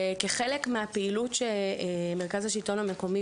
וכחלק מהפעילות של מרכז השלטון המקומי